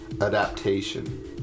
adaptation